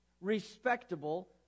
respectable